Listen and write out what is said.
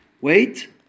wait